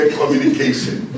communication